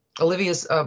Olivia's